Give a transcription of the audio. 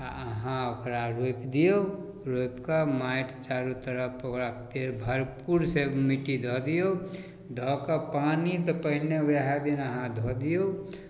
आओर अहाँ ओकरा रोपि दिऔ रोपिके माटि चारू तरफ ओकरापर भरपूर से मिट्टी धऽ दिऔ धऽ कऽ पानी तऽ पहिने वएह दिन अहाँ धऽ दिऔ